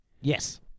Yes